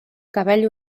cabell